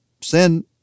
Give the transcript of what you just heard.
Sin